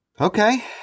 Okay